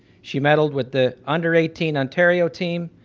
she medaled with the under eighteen ontario team,